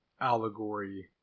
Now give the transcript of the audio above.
allegory